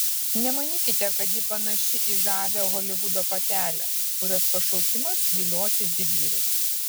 nemanykite kad ji panaši į žavią holivudo patelę kurios pašaukimas vilioti didvyrius